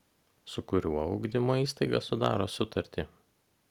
su kuriuo ugdymo įstaiga sudaro sutartį